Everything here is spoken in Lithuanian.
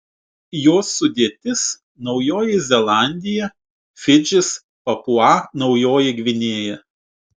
jos sudėtis naujoji zelandija fidžis papua naujoji gvinėja